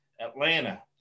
Atlanta